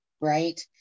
right